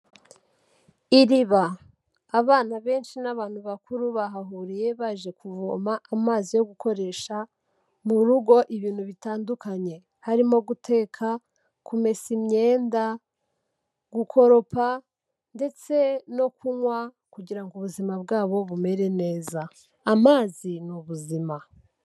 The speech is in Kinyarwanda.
Iriba abana benshi n'abantu bakuru bahahuriye baje kuvoma amazi yo gukoresha mu rugo ibintu bitandukanye, harimo guteka, kumesa imyenda, gukoropa ndetse no kunywa kugira ngo ubuzima bwabo bumere neza, amazi ni ubuzima.